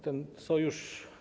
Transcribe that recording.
Ten sojusz.